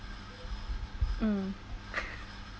mm